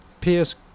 Pierce